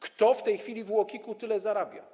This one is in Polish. Kto w tej chwili w UOKiK-u tyle zarabia?